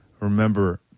remember